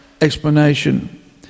explanation